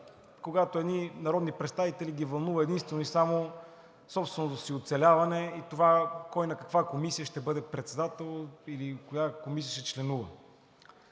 когато едни народни представители ги вълнува единствено и само собственото им оцеляване и това кой на каква комисия ще бъде председател или в коя комисия ще членува.